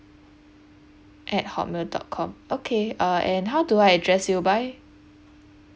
at hotmail dot com okay uh and how do I address you by